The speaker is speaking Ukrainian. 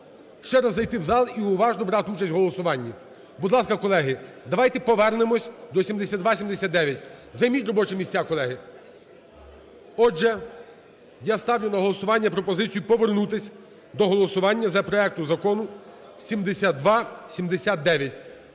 ще раз зайти в зал і уважно брати участь у голосуванні. Будь ласка, колеги, давайте повернемося до 7279. Займіть робочі місця, колеги. Отже, я ставлю на голосування пропозицію повернутись до голосування за проект Закону 7279.